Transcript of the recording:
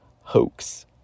hoax